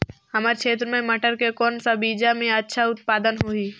हमर क्षेत्र मे मटर के कौन सा बीजा मे अच्छा उत्पादन होही?